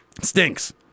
stinks